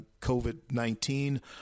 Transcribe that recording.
COVID-19